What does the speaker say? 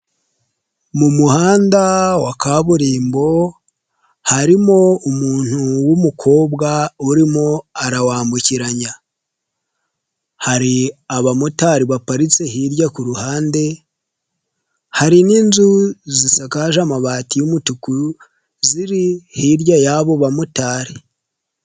Mu muhanda wa kaburimbo haririmo umuntu w'umukobwa arimo arawambukiranya, hari abamotari baparitse hirya ku ruhande, hari n'inzu zisakaje amabati y'umutuku ziri hirya y'abo bamotari.